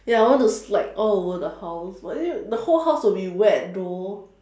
ya I want to slide all over the house maybe the whole house will be wet though